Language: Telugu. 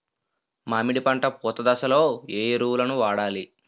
మామిడి పంట పూత దశలో ఏ ఎరువులను వాడాలి?